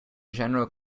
general